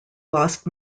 lost